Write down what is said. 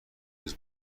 روز